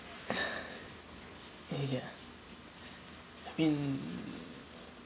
eh ya I mean